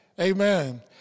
Amen